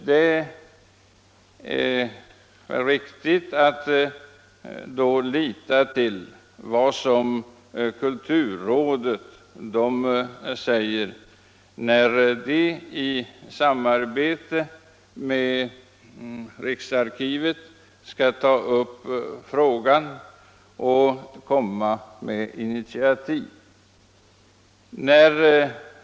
Det är väl riktigt att då lita till vad kulturrådet säger, att det i samarbete med riksarkivet skall ta upp frågan och komma med initiativ.